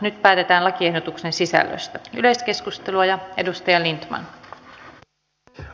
nyt päätetään lakiehdotuksen sisällöstä yleiskeskustelua ja tiedusteli van pakin